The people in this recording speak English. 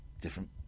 Different